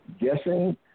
guessing